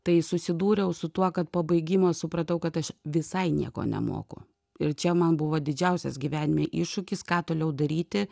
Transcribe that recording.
tai susidūriau su tuo kad po baigimo supratau kad aš visai nieko nemoku ir čia man buvo didžiausias gyvenime iššūkis ką toliau daryti